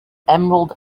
emerald